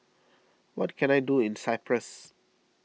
what can I do in Cyprus